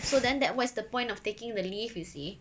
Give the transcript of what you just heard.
so then that what is the point of taking the leave you see